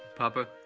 papa.